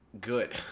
Good